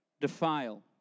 Defile